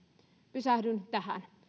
pysähdyn tähän